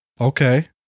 Okay